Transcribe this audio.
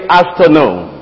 afternoon